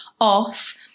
off